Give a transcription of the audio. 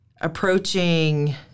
approaching